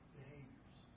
behaviors